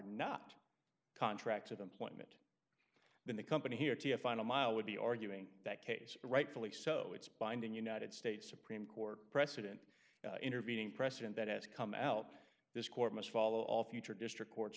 not contracts of employment than the company here to a final mile would be arguing that case rightfully so it's binding united states supreme court precedent intervening precedent that has come out this court must follow all future district courts